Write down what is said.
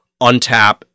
untap